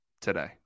today